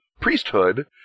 priesthood